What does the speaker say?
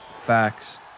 facts